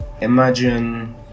Imagine